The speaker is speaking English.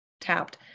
tapped